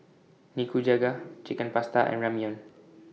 Nikujaga Chicken Pasta and Ramyeon